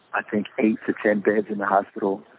i think eight to ten beds in the hospital